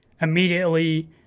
immediately